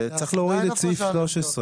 זה, צריך להוריד את סעיף 13,